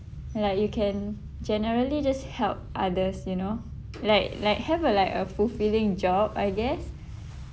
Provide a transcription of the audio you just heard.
like you can generally just help others you know like like have a like a fulfilling job I guess